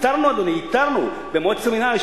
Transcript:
איתרנו במועצת המינהל, יש